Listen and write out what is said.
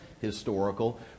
historical